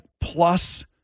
plus